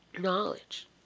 knowledge